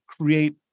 create